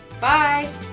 Bye